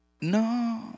No